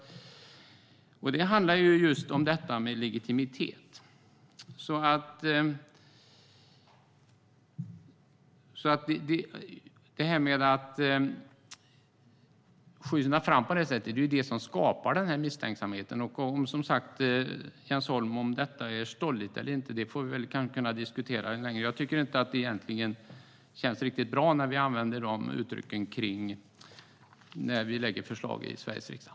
Det handlar just om legitimitet. Att skynda fram skapar misstänksamhet. Om detta är stolligt eller inte får vi kanske diskutera, Jens Holm. Det känns inte bra att de uttrycken används när vi lägger fram förslag i Sveriges riksdag.